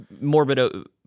morbid